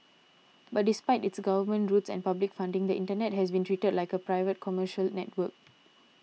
but despite its government roots and public funding the Internet has been treated like a private commercial network